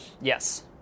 Yes